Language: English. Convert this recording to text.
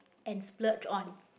and splurge on